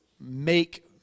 make